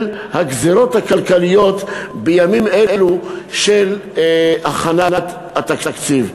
הגזירות הכלכליות בימים אלה של הכנת התקציב.